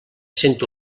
cent